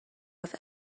have